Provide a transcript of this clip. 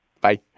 Bye